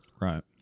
Right